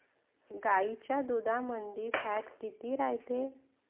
गाईच्या दुधामंदी फॅट किती रायते?